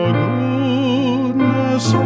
goodness